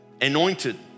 anointed